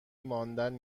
ماندن